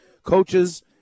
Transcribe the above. coaches